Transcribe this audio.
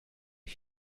are